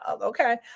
okay